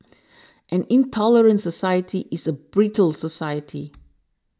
an intolerant society is a brittle society